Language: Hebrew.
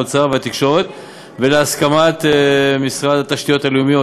האוצר והתקשורת ולהסכמת משרד התשתיות הלאומיות,